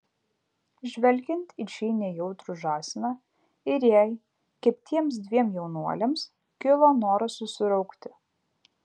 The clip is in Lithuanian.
žvelgiant į šį nejautrų žąsiną ir jai kaip tiems dviem jaunuoliams kilo noras susiraukti